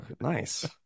nice